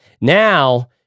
Now